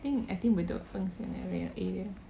I think I think bedok area